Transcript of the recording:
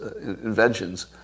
inventions